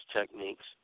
techniques